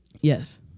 yes